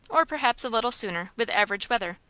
or perhaps a little sooner, with average weather.